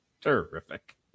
Terrific